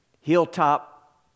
Hilltop